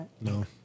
No